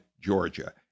Georgia